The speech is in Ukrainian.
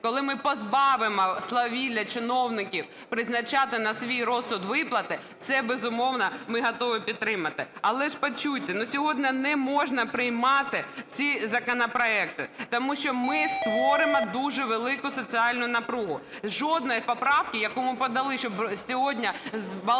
коли ми позбавимо свавілля чиновників призначати на свій розсуд виплати, – це, безумовно, ми готові підтримати. Але ж почуйте: на сьогодні не можна приймати ці законопроекти, тому що ми створимо дуже велику соціальну напругу. Жодної поправки, які ми подали, щоб сьогодні збалансувати